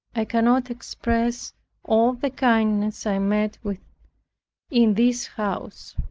i cannot express all the kindness i met with in this house.